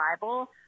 Bible